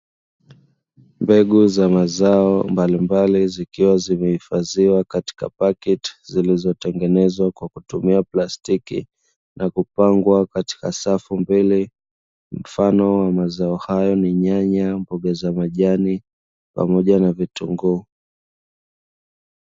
Mbegu za mazao mbalimbali zikiwa zimehifadhiwa katika pakiti zilizotengenezwa kwa kutumia plastiki na kupangwa katika safu mbili, mfano wa mazao hayo ni nyanya, mboga za majani pamoja na vitunguu.